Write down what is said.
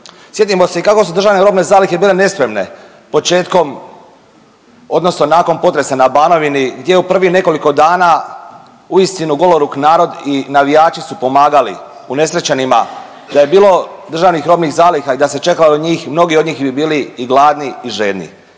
Sjetimo se i kako su državne robne zalihe bile nespremne početkom, odnosno nakon potresa na Banovini gdje u prvih nekoliko dana uistinu goloruk narod i navijači su pomagali unesrećenima, da je bilo državnih robnih zaliha i da se čekalo njih, mnogi od njih bi bili i gladni i žedni.